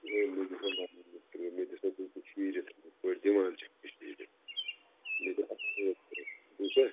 ہے مےٚ دِ ژٕ مےٚ دِ سا تم شیٖرِتھ یِتھ پٲٹھۍ دِوان چھیٚکھ مےٚ شیٖرِتھ مےٚ دِ اصٕل